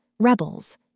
rebels